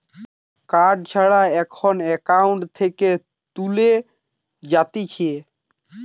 card ছাড়া এখন account থেকে তুলে যাতিছে